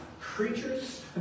creatures